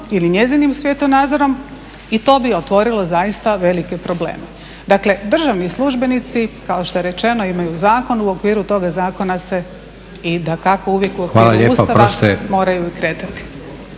ili njezinim svjetonadzorom i to bi otvorilo zaista velike probleme. Dakle, državni službenici kao što je rečeno imaju zakon u okviru toga zakona se i dakako uvijek u okviru Ustava moraju kretati.